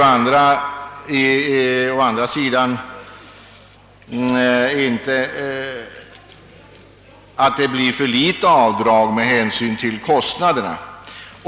Å andra sidan medför schablonen ibland att det blir för lågt avdrag med hänsyn till kostnaderna.